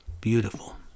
Beautiful